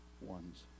ones